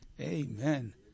Amen